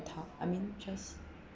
tough I mean just